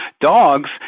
Dogs